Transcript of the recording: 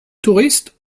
touriste